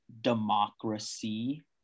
democracy